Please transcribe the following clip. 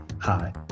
Hi